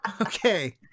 Okay